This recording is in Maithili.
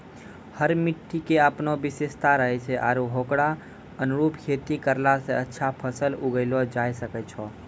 हर मिट्टी के आपनो विशेषता रहै छै आरो होकरो अनुरूप खेती करला स अच्छा फसल उगैलो जायलॅ सकै छो